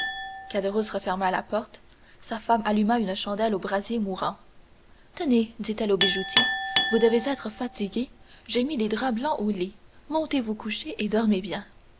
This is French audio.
referma la porte sa femme alluma une chandelle au brasier mourant tenez dit-elle au bijoutier vous devez être fatigué j'ai mis des draps blancs au lit montez vous coucher et dormez bien